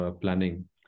planning